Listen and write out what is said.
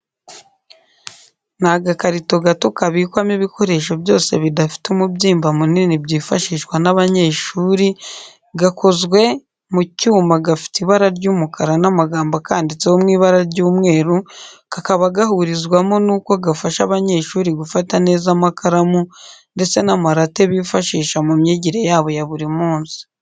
Ni agakarito gato kabikwamo ibikoresho byose bidafite umubyimba munini byifashishwa n'abanyeshuri, gakozwe mu cyuma gafite ibara ry'umukara n'amagambo akanditseho mu ibara ry'umweru, kakaba gahurizwaho n'uko gafasha abanyeshuri gufata neza amakaramu ndetse n'amarate bifashisha mu myigire yabo ya buri munsi.